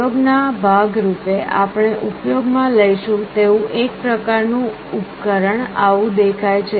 પ્રયોગ ના ભાગ રૂપે આપણે ઉપયોગ માં લઈશું તેવું એક પ્રકારનું ઉપકરણ આવું દેખાય છે